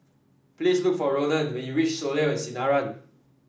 please look for Ronan when you reach Soleil at Sinaran